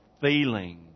feeling